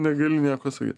negali nieko sakyt